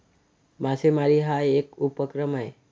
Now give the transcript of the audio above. मासेमारी हा एक उपक्रम आहे